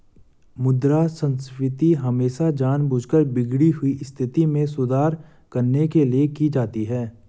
मुद्रा संस्फीति हमेशा जानबूझकर बिगड़ी हुई स्थिति में सुधार करने के लिए की जाती है